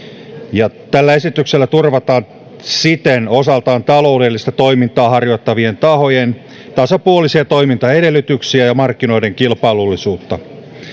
tällä esityksellä turvataan siten osaltaan taloudellista toimintaa harjoittavien tahojen tasapuolisia toimintaedellytyksiä ja markkinoiden kilpailullisuutta